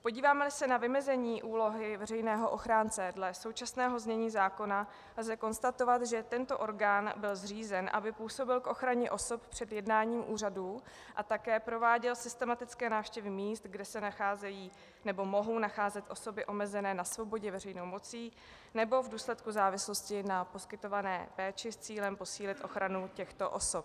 Podívámeli se na vymezení úlohy veřejného ochránce dle současného znění zákona, lze konstatovat, že tento orgán byl zřízen, aby působil k ochraně osob před jednáním úřadů a také prováděl systematické návštěvy míst, kde se nacházejí nebo mohou nacházet osoby omezené na svobodě veřejnou mocí nebo v důsledku závislosti na poskytované péči s cílem posílit ochranu těchto osob.